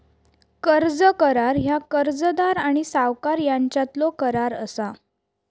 कर्ज करार ह्या कर्जदार आणि सावकार यांच्यातलो करार असा